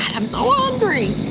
and i'm so hungry.